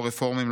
לא רפורמים,